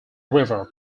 river